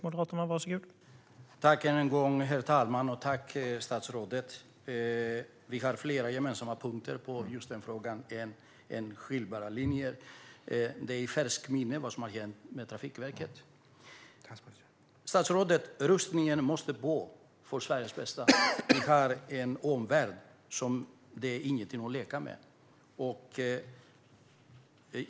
Herr talman! Tack, statsrådet! Vi har fler gemensamma punkter än skiljelinjer i just den frågan. Vi har i färskt minne vad som hände med Transportstyrelsen. Statsrådet! Rustningen måste på för Sveriges bästa. Vi har en omvärld som inte är att leka med.